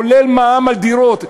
כולל לגבי מע"מ על דירות.